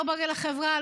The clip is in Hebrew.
לא בריא לחברה,